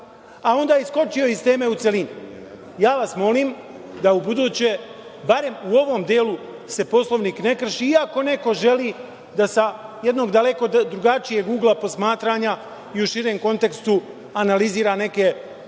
a onda je iskočio iz teme u celini. Ja vas molim da ubuduće barem u ovom delu se Poslovnik ne krši, iako neko želi da sa jednog daleko drugačijeg ugla posmatranja i u širem kontekstu analizira neke činjenice